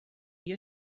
your